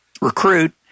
recruit